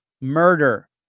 murder